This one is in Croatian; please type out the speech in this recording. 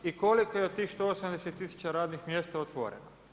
I koliko je od tih 180000 radnih mjesta otvoreno.